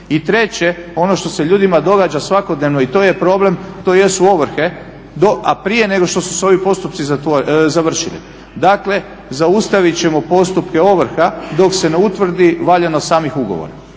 I treće, ono što se ljudima događa svakodnevno i to je problem, to jesu ovrhe, a prije nego što su se ovi postupci završili, dakle zaustavit ćemo postupke ovrha dok se ne utvrdi valjanost samih ugovora.